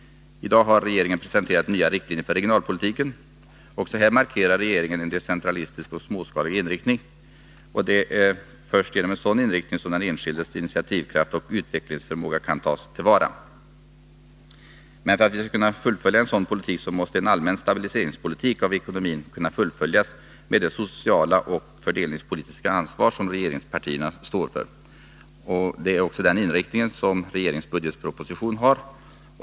I dag har regeringen presenterat nya riktlinjer för regionalpolitiken. Också här markerar regeringen en decentralistisk och småskalig inriktning. Det är först genom en sådan inriktning som den enskildes initiativkraft och utvecklingsförmåga kan tas till vara. Men för att vi skall kunna fullfölja en sådan politik måste en allmän stabilisering av ekonomin fortgå — med det sociala och fördelningspolitiska ansvar som regeringspartierna står för. Det är också den inriktningen regeringens budgetproposition har.